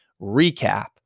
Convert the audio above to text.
recap